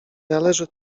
należy